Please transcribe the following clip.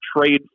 trade